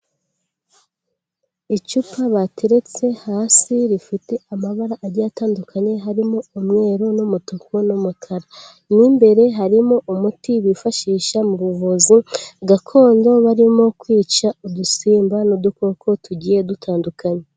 Icupa bateretse hasi rifite amabara ajya atandukanye, harimo umweru n'umutuku n'umukara mo imbere harimo umuti bifashisha mu buvuzi gakondo barimo kwica udusimba n'udukoko tugiye dutandukanye.